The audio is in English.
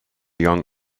young